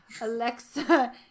Alexa